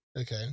Okay